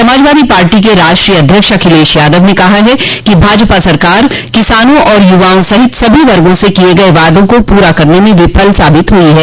Samajwadi party के राष्ट्रीय अध्यक्ष अखिलेश यादव ने कहा है कि भाजपा सरकार किसानों और यूवाओं सहित सभी वर्गो से किये गये वादों को पूरा करने में विफल साबित हुई है